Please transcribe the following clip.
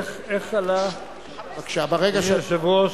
אדוני היושב-ראש,